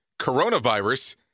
coronavirus